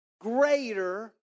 greater